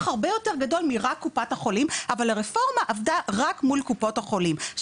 הרבה יותר גדול ממרק קופות החולים אבל הרפורמה עבדה רק מול קופות החולים.